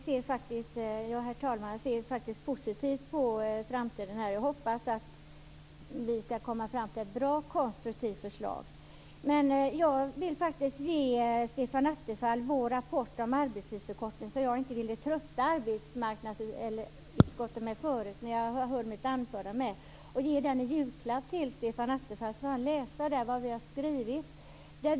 Herr talman! Jag ser faktiskt positivt på framtiden. Jag hoppas att vi skall komma fram till ett bra konstruktivt förslag. Jag vill ge Stefan Attefall vår rapport om arbetstidsförkortning, som jag inte ville trötta arbetsmarknadsutskottet med förut när jag höll mitt anförande. Jag ger den i julklapp till Stefan Attefall, så får han läsa där vad vi har skrivit.